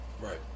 Right